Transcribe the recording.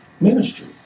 ministry